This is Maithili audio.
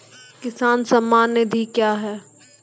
किसान सम्मान निधि क्या हैं?